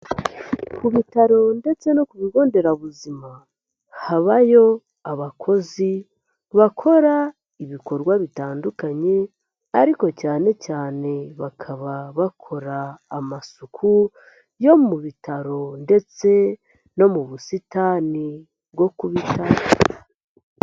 Ku bitaro ndetse no ku bigo nderabuzima, habayo abakozi bakora ibikorwa bitandukanye, ariko cyane cyane bakaba bakora amasuku yo mu bitaro ndetse no mu busitani bwo ku bitaro.